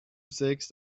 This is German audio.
sägst